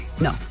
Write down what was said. No